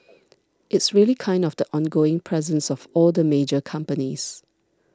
it's really kind of the ongoing presence of all the major companies